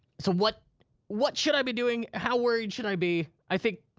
so what what should i be doing? how worried should i be? i think,